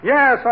Yes